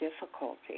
difficulty